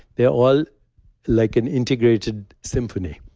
they are all like an integrated symphony.